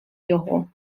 його